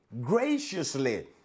graciously